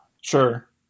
Sure